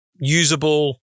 usable